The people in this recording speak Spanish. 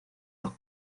los